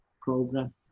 program